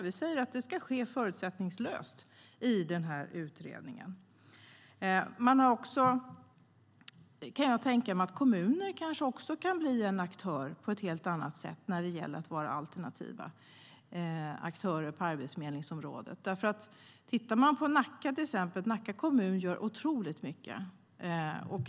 Vi säger att det ska ske förutsättningslöst i den här utredningen. Jag kan också tänka mig att kommunen kan vara en alternativ aktör på arbetsförmedlingsområdet. Nacka kommun gör otroligt mycket.